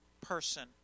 person